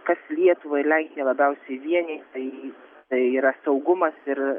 kas lietuvą ir lenkiją labiausiai vienija tai tai yra saugumas ir